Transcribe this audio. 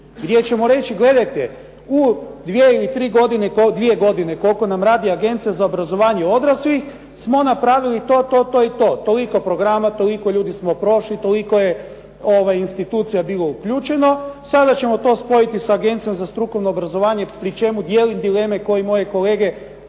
gdje ćemo reći gledajte u 2 ili 3 godine, 2 godine koliko nam radi Agencija za obrazovanje odraslih smo napravili to, to, to i to. Toliko programa, toliko ljudi smo prošli, toliko je institucija bilo uključeno, sada ćemo to spojiti sa Agencijom za strukovno obrazovanje pri čemu dijelim dileme ko i moje kolege